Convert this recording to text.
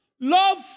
love